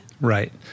Right